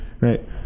right